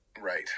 Right